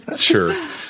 Sure